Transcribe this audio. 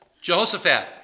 Jehoshaphat